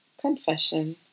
Confession